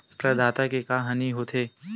प्रदाता के का हानि हो थे?